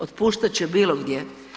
Otpuštat će bilo gdje.